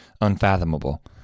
unfathomable